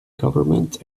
government